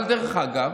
אבל דרך אגב,